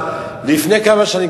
לפני כמה שנים,